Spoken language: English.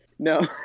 No